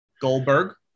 Goldberg